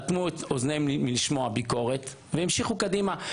אטמו את אוזניהם מלשמוע ביקורת, המשיכו קדימה.